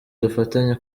dufatanye